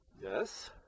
yes